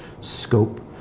scope